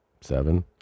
seven